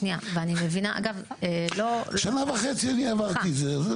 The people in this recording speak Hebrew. שנייה, זה נדחה --- שנה וחצי אני עברתי את זה.